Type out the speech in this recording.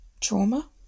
Trauma